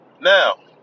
Now